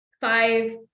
five